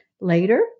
Later